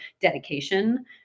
dedication